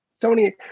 Sony